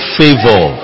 favor